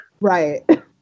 Right